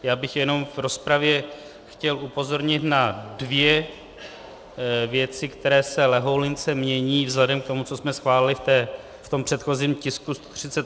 Já bych jenom v rozpravě chtěl upozornit na dvě věci, které se lehoulince mění vzhledem k tomu, co jsme schválili v tom předchozím tisku 38.